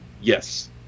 Yes